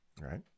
Right